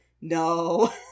No